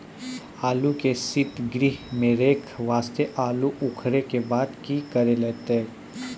आलू के सीतगृह मे रखे वास्ते आलू उखारे के बाद की करे लगतै?